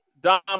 Dom